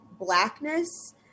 blackness